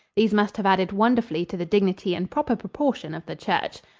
these must have added wonderfully to the dignity and proper proportion of the church.